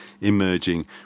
emerging